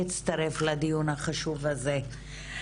הצטרף לדיון החשוב הזה.